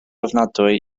ofnadwy